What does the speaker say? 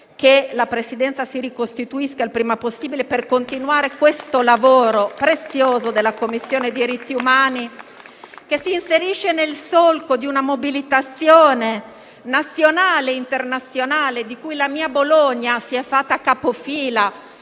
che la Presidenza si ricostituisca il prima possibile per continuare questo lavoro prezioso della Commissione per i diritti umani, che si inserisce nel solco di una mobilitazione nazionale ed internazionale di cui la mia Bologna si è fatta capofila,